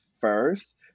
first